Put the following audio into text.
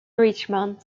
richmond